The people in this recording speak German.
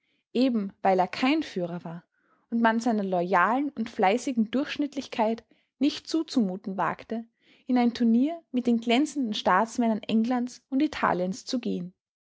eben weil er kein führer war und man seiner loyalen und fleißigen durchschnittlichkeit nicht zuzumuten wagte in ein turnier mit den glänzenden staatsmännern englands und italiens zu gehen